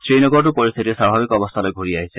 শ্ৰীনগৰতো পৰিস্থিতি স্বাভাৱিক অৱস্থালৈ ঘূৰি আহিছে